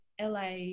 LA